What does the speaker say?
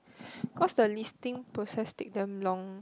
cause the listing process take damn long